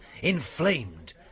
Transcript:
inflamed